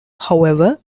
however